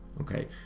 okay